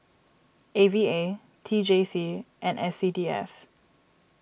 A V A T J C and S C D F